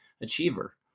achiever